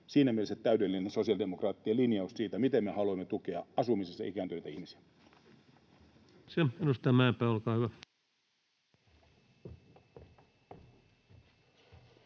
siinä mielessä täydellinen sosiaalidemokraattien linjaus siitä, miten me haluamme tukea ikääntyneitä ihmisiä